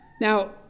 Now